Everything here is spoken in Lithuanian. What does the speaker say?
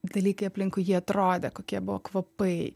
dalykai aplinkui jį atrodė kokie buvo kvapai